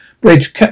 bridge